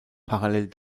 parallel